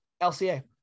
lca